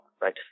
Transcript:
right